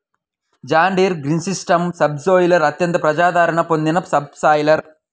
John Deere green system subsoiler అత్యంత ప్రజాదరణ పొందిన సబ్ సాయిలర్